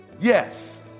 Yes